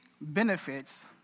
benefits